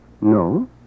No